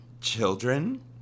Children